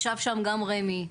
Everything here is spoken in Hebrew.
ישבו שם גם רמ"י,